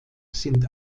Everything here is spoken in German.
sind